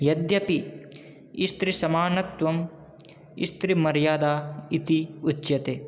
यद्यपि स्त्रीसमानत्व स्त्रिमर्यादा इति उच्यते